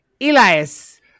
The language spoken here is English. Elias